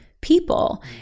people